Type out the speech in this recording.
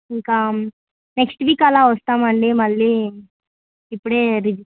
ఇంకా next week అలా వస్తామండి మళ్ళీ ఇప్పుడే